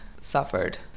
suffered